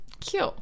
Cute